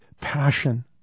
passion